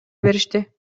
беришти